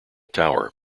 tower